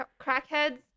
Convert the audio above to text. crackheads